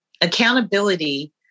Accountability